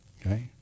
Okay